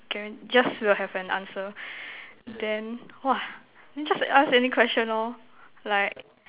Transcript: guaran~ just will have an answer then !wah! then just ask any question lor like